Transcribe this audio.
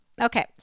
Okay